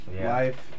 Life